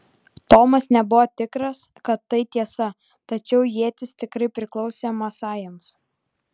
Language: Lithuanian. tomas nebuvo tikras kad tai tiesa tačiau ietis tikrai priklausė masajams